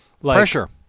Pressure